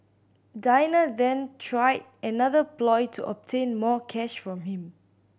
Dina then tried another ploy to obtain more cash from him